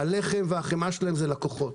שהלחם והחמאה של הבנקים זה לקוחות,